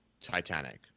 Titanic